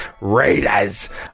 Raiders